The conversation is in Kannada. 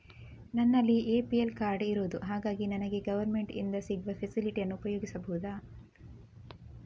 ನನ್ನಲ್ಲಿ ಎ.ಪಿ.ಎಲ್ ಕಾರ್ಡ್ ಇರುದು ಹಾಗಾಗಿ ನನಗೆ ಗವರ್ನಮೆಂಟ್ ಇಂದ ಸಿಗುವ ಫೆಸಿಲಿಟಿ ಅನ್ನು ಉಪಯೋಗಿಸಬಹುದಾ?